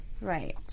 Right